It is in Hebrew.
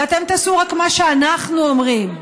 ואתם תעשו רק מה שאנחנו אומרים.